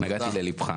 נגעתי לליבך.